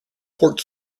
port